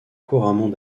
couramment